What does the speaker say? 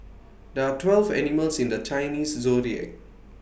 there are twelve animals in the Chinese Zodiac